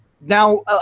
now